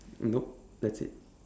nope that's it